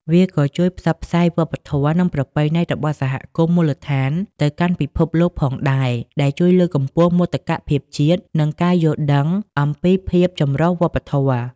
វាក៏ជួយផ្សព្វផ្សាយវប្បធម៌ និងប្រពៃណីរបស់សហគមន៍មូលដ្ឋានទៅកាន់ពិភពលោកផងដែរ ដែលជួយលើកកម្ពស់មោទកភាពជាតិ និងការយល់ដឹងអំពីភាពចម្រុះវប្បធម៌។